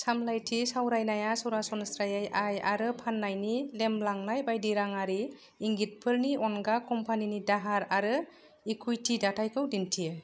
सामलायथि सावरायनाया सरासनस्रायै आय आरो फाननायनि देमलांनाय बायदि राङारि इंगितफोरनि अनगा कम्पानिनि दाहार आरो इकुइटी दाथाइखौ दिन्थियो